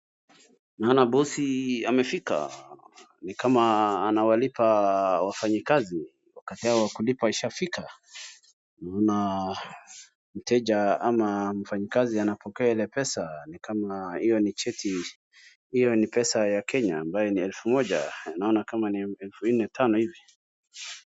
Naona boss amefika ni kama anawalipa wafanyakazi ,wakati wao wa kulipwa ushafika. Kuna mteja ama mfanyakazi anapokea ile pesa ni kama hiyo ni cheti .Hiyo ni pesa ya Kenya ambaye ni elfu moja ,naona ni kama elfu nne tano hivi.